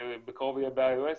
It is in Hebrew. בקרוב יהיה ב-IOS,